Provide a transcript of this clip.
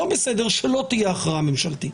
לא בסדר שלא תהיה הכרעה ממשלתית,